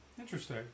Interesting